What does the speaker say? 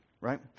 right